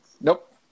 Nope